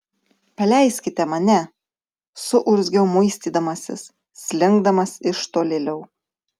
paleiskite mane suurzgiau muistydamasis slinkdamas iš tolėliau